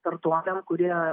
startuoliam kurie